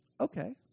Okay